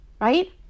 right